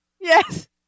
Yes